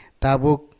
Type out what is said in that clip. tabuk